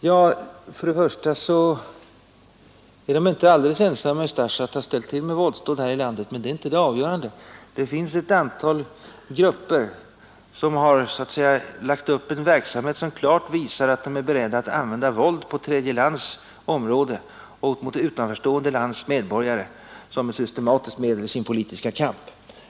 Jo, för det första är den inte alldeles ensam om att ha utfört våldsdåd här i landet; men det är inte det avgörande. Det finns för det andra ett antal grupper som så att säga har lagt upp en verksamhet som klart visar att de är beredda att använda våld på tredje lands område och mot utanförstående lands medborgare som ett systematiskt medel i sin politiska kamp.